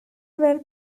were